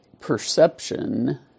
perception